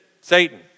Satan